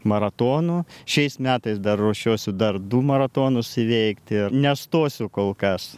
maratonų šiais metais dar ruošiuosi dar du maratonus įveikti nestosiu kol kas